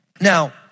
Now